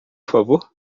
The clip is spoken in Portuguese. favor